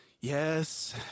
Yes